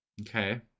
Okay